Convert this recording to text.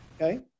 Okay